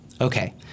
Okay